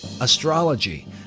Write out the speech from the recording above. astrology